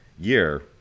year